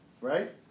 right